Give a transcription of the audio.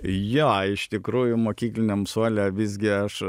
jo iš tikrųjų mokykliniam suole visgi aš